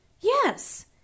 Yes